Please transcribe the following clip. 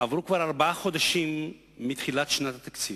עברו כבר ארבעה חודשים מתחילת שנת התקציב,